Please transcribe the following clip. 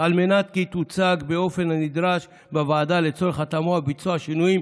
על מנת שתוצג באופן הנדרש בוועדה לצורך התאמה וביצוע שינויים,